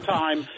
time